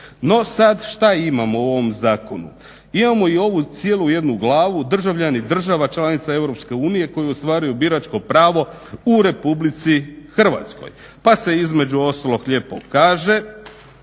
No, sad što imamo u ovom zakonu? Imamo i ovu cijelu jednu glavu: "Državljani država članica Europske unije koji ostvaruju biračko pravo u Republici Hrvatskoj", pa se između ostalog lijepo kaže: